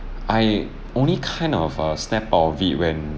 I only kind of uh snap out of it when